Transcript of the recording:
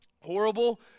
horrible